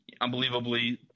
unbelievably